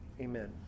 amen